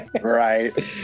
right